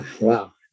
Wow